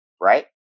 right